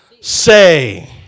say